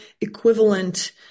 equivalent